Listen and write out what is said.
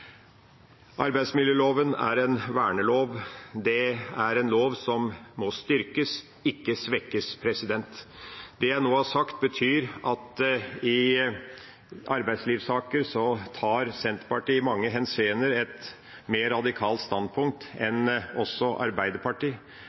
Arbeidsmiljøloven er en vernelov. Det er en lov som må styrkes, ikke svekkes. Det jeg nå har sagt, betyr at i arbeidslivssaker har Senterpartiet i mange henseender et mer radikalt standpunkt enn også Arbeiderpartiet.